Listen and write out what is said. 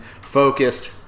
focused